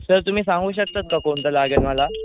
sir तुम्ही सांगू शकतात का कोणतं लागेल मला